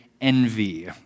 envy